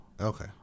Okay